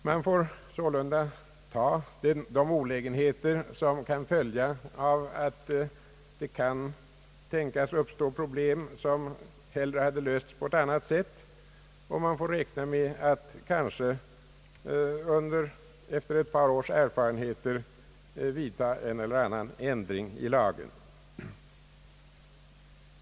Man får sålunda ta de olägenheter som kan följa av att det kan tänkas uppstå problem vilka hellre hade bort lösas på ett annat sätt. Man får räkna med att kanske efter ett par års erfarenheter vidta en eller annan ändring i lagen.